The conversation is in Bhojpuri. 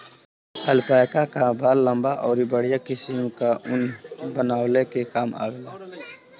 एल्पैका कअ बाल लंबा अउरी बढ़िया किसिम कअ ऊन बनवले के काम आवेला